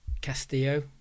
Castillo